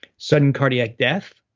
sudden cardiac death.